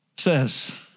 says